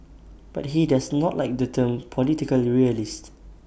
but he does not like the term political realist